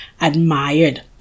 admired